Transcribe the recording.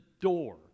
door